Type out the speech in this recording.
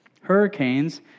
Hurricanes